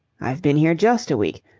i've been here just a week.